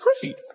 great